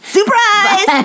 Surprise